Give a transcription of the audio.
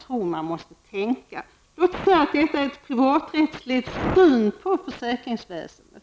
så man måste tänka. Låt oss säga att detta är ett privaträttsligt sätt att se på försäkringsväsendet.